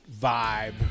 vibe